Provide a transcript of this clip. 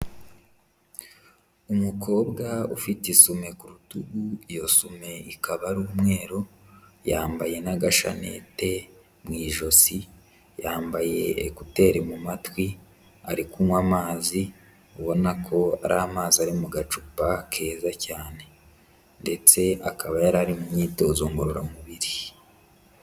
Umukobwa ufite isume ku rutugu, iyo sume ikaba ari umweru, yambaye n'agashanete mu ijosi, yambaye ekuteri mu matwi, ari kunywa amazi ubona ko ari amazi ari mu gacupa keza cyane, ndetse akaba yari mu myitozo ngororamubiri.